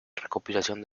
recopilación